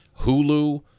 Hulu